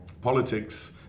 politics